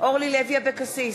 אורלי לוי אבקסיס,